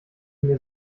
mir